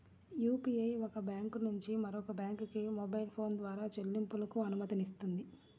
UPI ఒక bank నుంచి మరొక బ్యాంకుకు మొబైల్ ఫోన్ ద్వారా చెల్లింపులకు అనుమతినిస్తుంది